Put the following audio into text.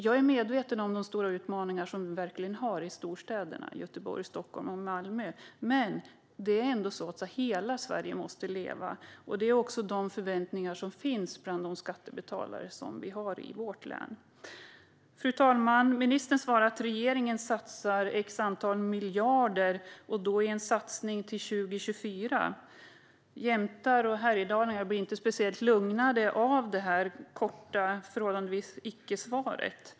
Jag är medveten om de stora utmaningar som vi verkligen har i storstäderna Göteborg, Stockholm och Malmö. Men hela Sverige måste leva, och det finns förväntningar på det bland de skattebetalare som vi har i vårt län. Fru talman! Ministern svarar att regeringen satsar ett visst antal miljarder och då i en satsning till 2024. Jämtar och härjedalingar blir inte speciellt lugnade av det förhållandevis korta icke-svaret.